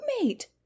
roommate